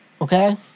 Okay